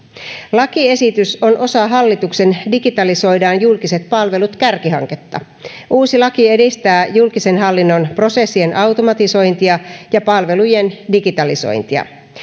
lakiesitys on osa hallituksen digitalisoidaan julkiset palvelut kärkihanketta uusi laki edistää julkisen hallinnon prosessien automatisointia ja palvelujen digitalisointia